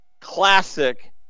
classic